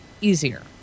easier